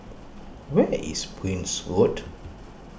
where is Prince Road